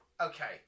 okay